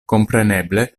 kompreneble